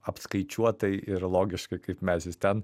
apskaičiuotai ir logiškai kaip mes jis ten